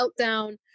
meltdown